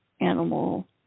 animal